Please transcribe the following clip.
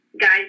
guys